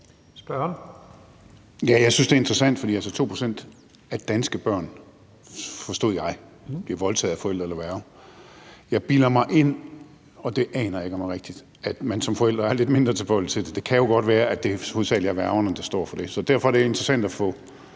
Jeg synes, det er interessant, for 2 pct. af danske børn, forstod jeg, bliver voldtaget af forældre eller værge. Jeg bilder mig ind – og det aner jeg ikke om er rigtigt – at man som forældre er lidt mindre tilbøjelige til det. Det kan jo godt være, at det hovedsagelig er værgerne, der står for det. Så derfor er det interessant at få